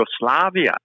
Yugoslavia